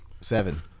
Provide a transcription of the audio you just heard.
Seven